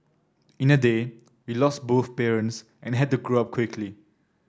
in a day we lost both parents and had to grow up quickly